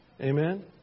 Amen